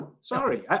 Sorry